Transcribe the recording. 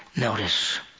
Notice